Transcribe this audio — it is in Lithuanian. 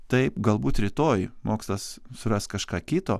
taip galbūt rytoj mokslas suras kažką kito